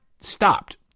stopped